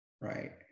right